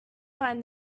find